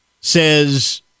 says